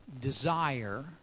desire